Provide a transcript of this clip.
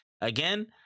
again